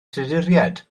tuduriaid